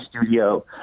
studio